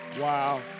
Wow